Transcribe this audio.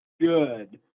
good